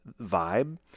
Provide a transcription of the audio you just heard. vibe